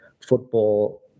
football